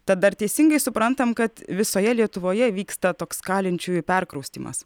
tad ar teisingai suprantam kad visoje lietuvoje vyksta toks kalinčiųjų perkraustymas